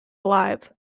alive